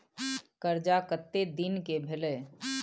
कर्जा कत्ते दिन के भेलै?